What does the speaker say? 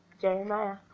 Jeremiah